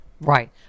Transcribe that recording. right